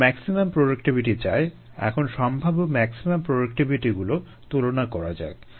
আমরা maximum productivity চাই এখন সম্ভাব্য ম্যাক্সিমাম প্রোডাক্টিভিটিগুলো তুলনা করা যাক